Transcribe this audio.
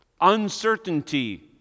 Uncertainty